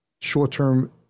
short-term